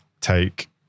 take